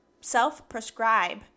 self-prescribe